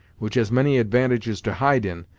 which has many advantages to hide in,